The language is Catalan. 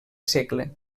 segle